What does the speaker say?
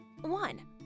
One